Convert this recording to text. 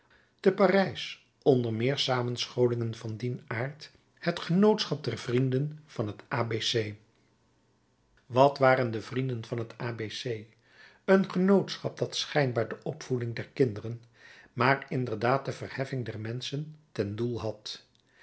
te parijs onder meer samenscholingen van dien aard het genootschap der vrienden van het a b c wat waren de vrienden van het a b c een genootschap dat schijnbaar de opvoeding der kinderen maar inderdaad de verheffing der menschen ten doel had